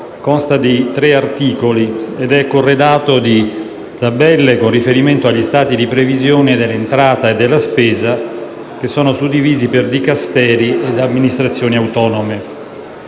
consta di tre articoli ed è corredato di tabelle con riferimento agli stati di previsione dell'entrata e della spesa, suddivisi per Dicasteri e amministrazioni autonome.